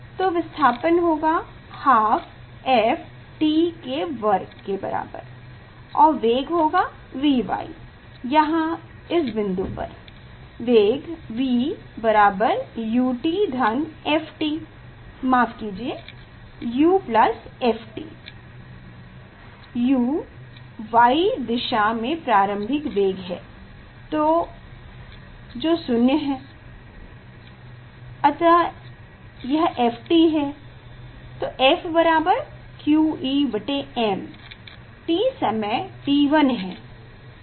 तो विस्थापन होगा 12 f t2 और वेग होगा Vy यहाँ इस बिंदु पर वेग V u t f t माफ कीजिये u ft u y दिशा में प्रारंभिक वेग है जो 0 है और यह f t है f q E m है t समय t1 है